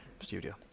studio